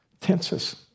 tenses